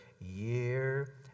year